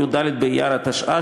י"ד באייר התשע"ה,